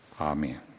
amen